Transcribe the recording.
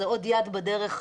זה עוד יד בדרך,